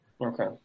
Okay